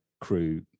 crew